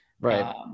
Right